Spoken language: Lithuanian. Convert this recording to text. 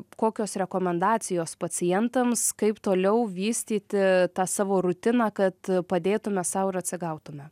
kokios rekomendacijos pacientams kaip toliau vystyti tą savo rutiną kad padėtume sau ir atsigautume